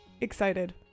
excited